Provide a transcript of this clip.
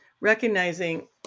recognizing